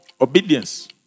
Obedience